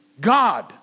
God